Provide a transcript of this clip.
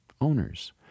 owners